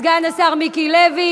סגן השר, סגן השר מיקי לוי